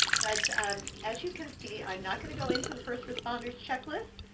but um as you can see, i'm not going to go into the first responder's checklist,